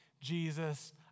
Jesus